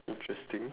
interesting